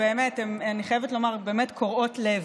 ואני חייבת לומר שהן באמת קורעות לב.